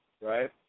right